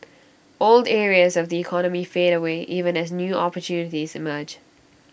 old areas of the economy fade away even as new opportunities emerge